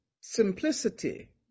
simplicity